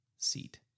seat